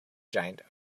giant